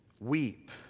weep